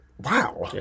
Wow